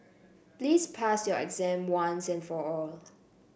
please pass your exam once and for all